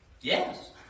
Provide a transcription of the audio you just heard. yes